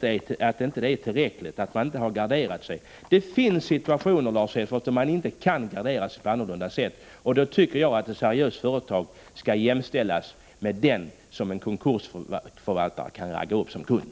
inte har garderat sig tillräckligt när det gäller en sådan kund som jag här har talat om. Det finns situationer, Lars Hedfors, då man inte kan gardera sig på annorlunda sätt. Då tycker jag att ett seriöst företag skall jämställas med den som en konkursförvaltare kan ragga upp som kund.